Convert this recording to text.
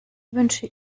wünsche